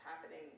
happening